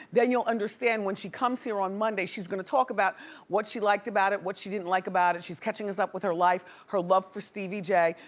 then you'll understand when she comes here on monday she's gonna talk about what she liked about it, what she didn't like about it. she's catching us up with her life, her love for stevie j.